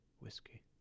Whiskey